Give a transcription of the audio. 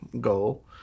goal